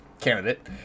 candidate